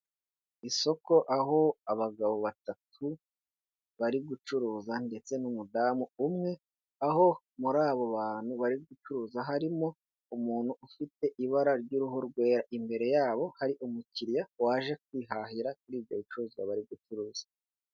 Isoko aho abagabo batatu bari gucuruza ndetse n'umudamu umwe aho muri abo bantu bari gucuruza, harimo umuntu ufite ibara ry'uruhu rwera, imbere yabo hari umukiriya waje kwihahira kuri ibyo bicuruzwa bari gucuruza.